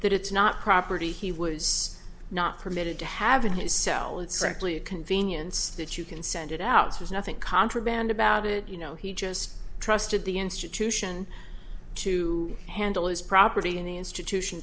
that it's not property he was not permitted to have in his cell it's simply a convenience that you can send it out has nothing contraband about it you know he just trusted the institution to handle his property and the institution